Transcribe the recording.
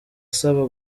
asaba